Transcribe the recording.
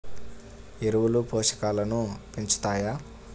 ఎరువులు పోషకాలను పెంచుతాయా?